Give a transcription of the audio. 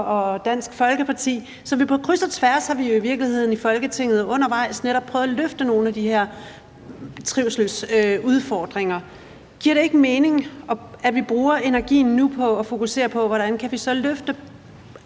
blandt ældre. Så på kryds og tværs har vi jo i virkeligheden i Folketinget netop prøvet at løfte nogle af de her trivselsudfordringer undervejs. Giver det ikke mening, at vi nu bruger energien på at fokusere på, hvordan vi så kan